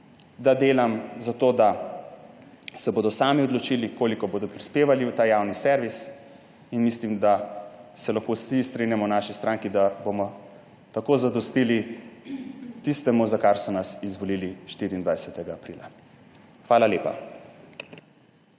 da delam za to, da se bodo sami odločili, koliko bodo prispevali v ta javni servis, in mislim, da se lahko vsi v naši stranki strinjamo, da bomo tako zadostili tistemu, za kar so nas izvolili 24. aprila. Hvala lepa.